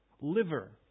Liver